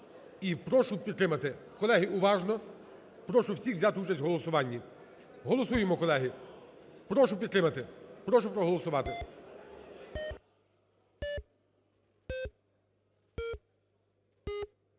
прошу підтримати. Колеги, уважно, прошу всіх взяти участь в голосуванні. Голосуємо, колеги, прошу підтримати, прошу проголосувати.